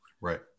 Right